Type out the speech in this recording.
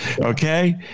okay